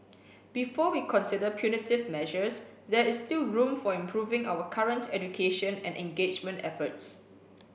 before we consider punitive measures there is still room for improving our current education and engagement efforts